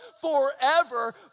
forever